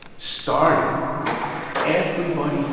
started everybody